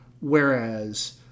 Whereas